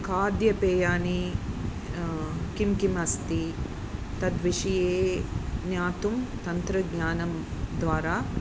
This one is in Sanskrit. खाद्यपेयानि किं किम् अस्ति तद्विषये ज्ञातुं तन्त्रज्ञानं द्वारा